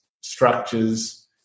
structures